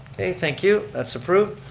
thank you, that's approved.